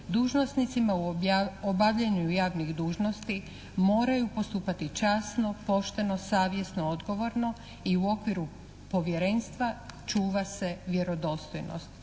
Dužnosnicima u obavljanju javnih dužnosti moraju postupati časno, pošteno, savjesno, odgovorno i u okviru Povjerenstva čuva se vjerodostojnost.